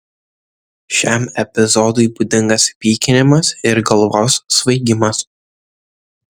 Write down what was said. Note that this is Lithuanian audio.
šiam epizodui būdingas pykinimas ir galvos svaigimas